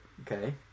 Okay